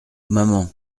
maman